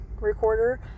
recorder